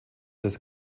des